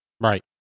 right